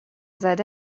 زده